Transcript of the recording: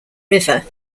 river